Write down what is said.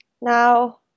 now